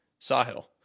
Sahil